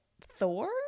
Thor